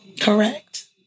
correct